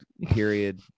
period